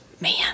man